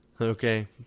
Okay